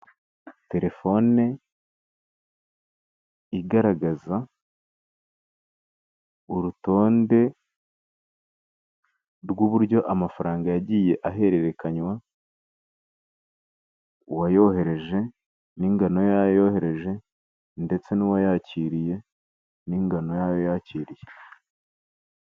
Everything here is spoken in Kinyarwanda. Telefone igaragaza urutonde rw'uburyo amafaranga yagiye ahererekanywa. Uwayohereje n'ingano y'ayo yohereje ndetse n'uwayakiriye n'ingano y'ayo yakiriye.